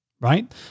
right